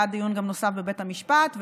היה דיון נוסף גם בבית המשפט.